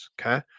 okay